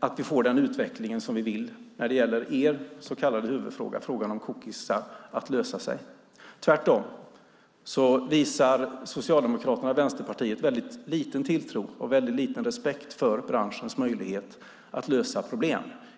att vi får den utveckling som vi vill när det gäller en lösning av er så kallade huvudfråga, frågan om cookies. Tvärtom visar Socialdemokraterna och Vänsterpartiet väldigt liten tilltro och väldigt liten respekt för branschens möjlighet att lösa problem.